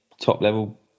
top-level